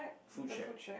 food shack